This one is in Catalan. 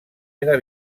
era